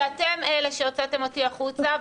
כי אתם אלה שהוצאתם אותי החוצה,